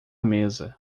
mesa